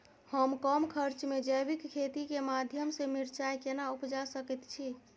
हम कम खर्च में जैविक खेती के माध्यम से मिर्चाय केना उपजा सकेत छी?